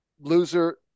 Loser